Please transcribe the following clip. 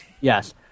Yes